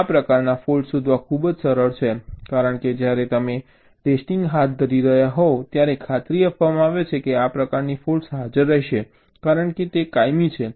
આ પ્રકારના ફૉલ્ટ્સ શોધવા ખૂબ જ સરળ છે કારણ કે જ્યારે તમે ટેસ્ટિંગ હાથ ધરી રહ્યા હોવ ત્યારે ખાતરી આપવામાં આવે છે કે આ પ્રકારની ફૉલ્ટ્સ હાજર રહેશે કારણ કે તે કાયમી છે